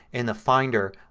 in the finder,